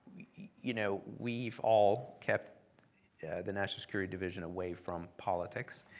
you know we've all kept the national security division away from politics.